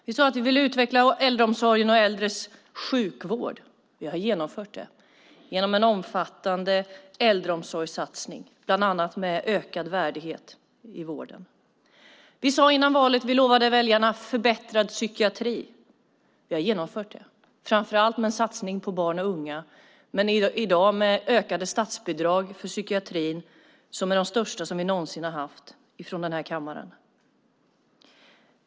Vi sade att vi ville utveckla äldreomsorgen och sjukvården för äldre. Vi har genomfört det genom en omfattande äldreomsorgssatsning, bland annat med ökad värdighet i vården. Vi lovade väljarna innan valet förbättrad psykiatri. Vi har genomfört det, framför allt med en satsning på barn och unga, i dag med ökade statsbidrag för psykiatrin - en av de största någonsin från den här kammaren.